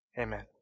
amen